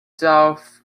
dough